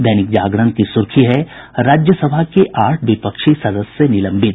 दैनिक जागरण की सुर्खी है राज्यसभा के आठ विपक्षी सदस्य निलंबित